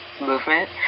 movement